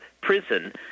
prison